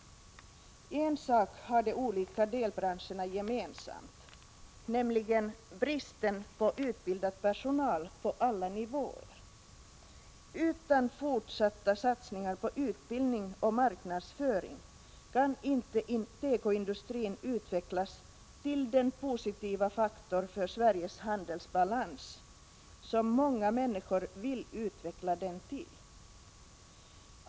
En sak har de olika delbranscherna gemensamt, nämligen bristen på utbildad personal på alla nivåer. Utan fortsatta satsningar på utbildning och marknadsföring kan inte tekoindustrin utvecklas till den positiva faktor för Sveriges handelsbalans som många människor vill utveckla den till.